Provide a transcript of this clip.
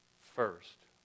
first